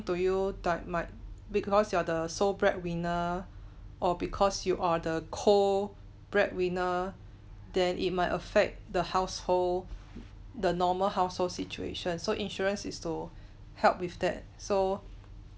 to you that might because you are the sole breadwinner or because you are the co breadwinner than it might affect the household the normal household situation so insurance is to help with that so